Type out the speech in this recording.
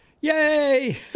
Yay